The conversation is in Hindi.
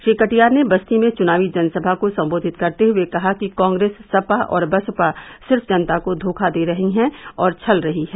श्री कटियार ने बस्ती में चुनावी जनसभा को संबोधित करते हुए कहा कि कांग्रेस सपा और बसपा सिर्फ जनता को धोखा दे रही है और छल रही है